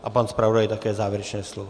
A pak pan zpravodaj také závěrečné slovo.